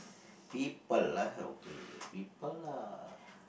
people ah okay people ah